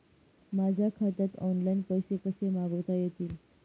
माझ्या खात्यात ऑनलाइन पैसे कसे मागवता येतील?